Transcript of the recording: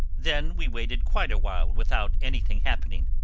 then we waited quite a while without anything happening.